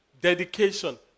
dedication